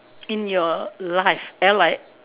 in your life L I